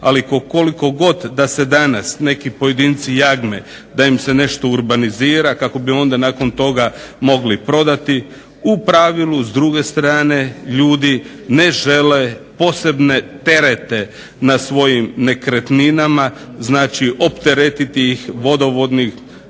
ali koliko god da se danas neki pojedinci jagme da im se nešto urbanizira kako bi onda nakon toga mogli prodati u pravilu s druge strane ljudi ne žele posebne terete na svojim nekretninama znači opteretiti ih vodovodnim